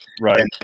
Right